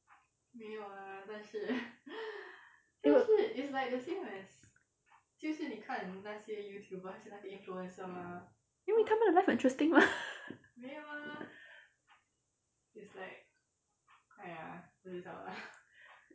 因为他们的 life 很 interesting mah